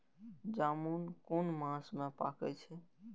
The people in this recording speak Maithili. जामून कुन मास में पाके छै?